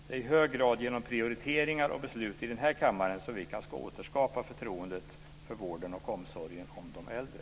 Det är i hög grad genom prioriteringar och beslut i den här kammaren som vi kan återskapa förtroendet för vården och omsorgen om de äldre.